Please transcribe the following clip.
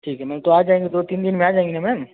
ठीक है मैं तो आ जाएँगे दो तीन दिन में आ जाएँगे ना मैम